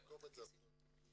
לעקוב אחרי זה אתה לא יכול.